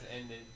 ended